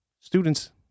students